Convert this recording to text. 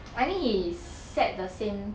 I think he set the same